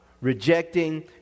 rejecting